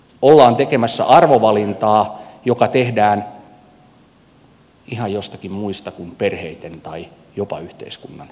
ollaan tekemässä arvovalintaa joka tehdään ihan jostakin muusta kuin perheitten tai jopa yhteiskunnan näkökulmasta